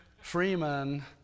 Freeman